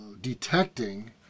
detecting